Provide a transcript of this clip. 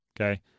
Okay